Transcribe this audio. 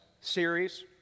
series